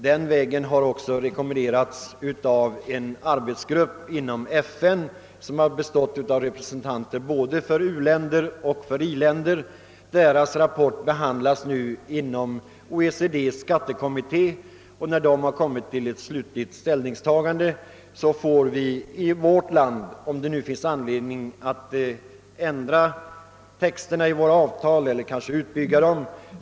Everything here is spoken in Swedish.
Den har också rekommenderats av en arbetsgrupp inom FN, som bestått av representanter för både u-länder och i-länder. Arbetsgruppens rapport behandlas för närvarande inom OECD:s skattekommitté. När ett slutgiltigt ställningstagande gjorts där får vi i vårt land avgöra, om det finns anledning för oss att ändra texten i avtalen eller bygga ut dessa.